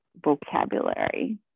vocabulary